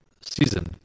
season